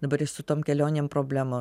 dabar ir su tom kelionėm problema